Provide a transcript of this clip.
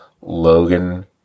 Logan